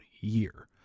year